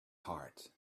heart